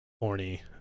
horny